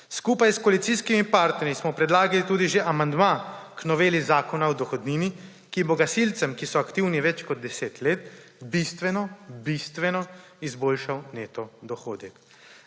Skupaj s koalicijskimi partnerji smo predlagali tudi že amandma k noveli Zakona o dohodnini, ki bo gasilcem, ki so aktivni več kot 10 let, bistveno, bistveno izboljšal neto dohodek.